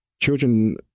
children